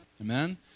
Amen